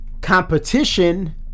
competition